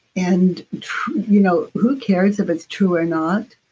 and you know who cares if it's true or not,